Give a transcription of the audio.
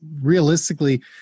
realistically